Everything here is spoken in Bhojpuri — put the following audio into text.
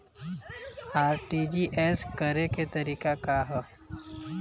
आर.टी.जी.एस करे के तरीका का हैं?